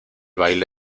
baile